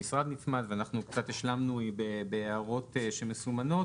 המשרד נצמד ואנחנו קצת השלמנו בהערות שמסומנות,